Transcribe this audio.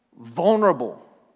vulnerable